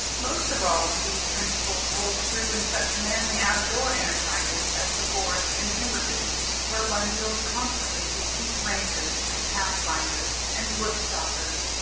most of all do these principles hold true in such manly out-of-door enterprises as the forest and timber business, where one deals constantly with chief rangers, and pathfinders, and wood-stalkers,